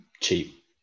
cheap